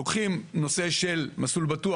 לוקחים נושא של "מסלול בטוח",